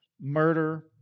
murder